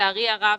לצערי הרב,